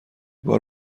بار